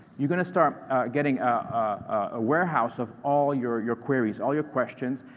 you're going to start getting a warehouse of all your your queries, all your questions.